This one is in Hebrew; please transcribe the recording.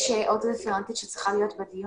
יש עוד רפרנטית שצריכה להיות בדיון,